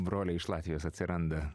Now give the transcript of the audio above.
broliai iš latvijos atsiranda